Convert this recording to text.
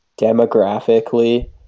demographically